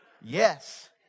Yes